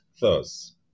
thus